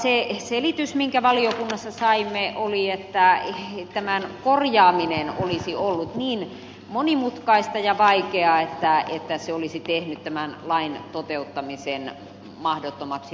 se selitys minkä valiokunnassa saimme oli että tämän korjaaminen olisi ollut niin monimutkaista ja vaikeaa että se olisi tehnyt tämän lain toteuttamisen mahdottomaksi